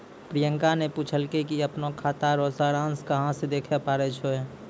प्रियंका ने पूछलकै कि अपनो खाता रो सारांश कहां से देखै पारै छै